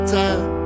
time